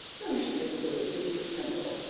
whom she concluded to be simple,